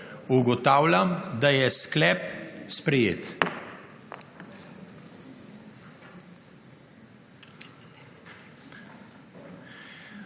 Ugotavljam, da je sklep sprejet.